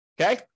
Okay